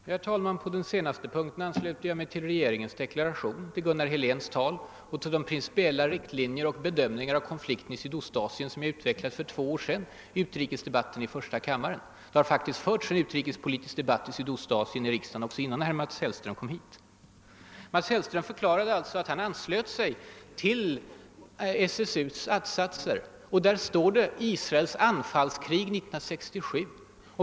Herr talman! På den senaste punkten ansluter jag mig till regeringsdeklarationen, till Gunnar Heléns tal i dag och till de principiella riktlinjer och bedömningar av konflikten i Sydostasien som jag utvecklade för två år sedan i utrikesdebatten i första kammaren. Det har faktiskt förts en utrikespolitisk debatt om Sydostasien i riksdagen innan Mats Hellström kom hit. Mats Hellström förklarade att han står bakom SSU:s att-satser, där talas det om »Israels anfallskrig 1967».